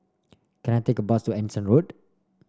can I take a bus to Anson Road